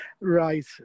Right